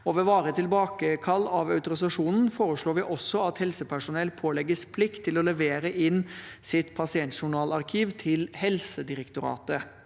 Ved varig tilbakekall av autorisasjonen foreslår vi også at helsepersonell pålegges plikt til å levere inn sitt pasientjournalarkiv til Helsedirektoratet.